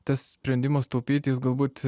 tas sprendimas taupyti jis galbūt